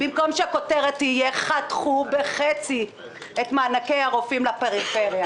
במקום שהכותרת תהיה: חתכו בחצי את מענקי הרופאים לפריפריה.